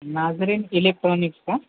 नाजरेन electronics का